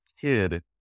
kid